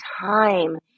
time